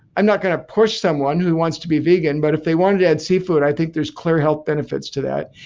i'm not going to push someone who wants to be vegan, but if they wanted to add seafood, i think there's clear health benefits to that.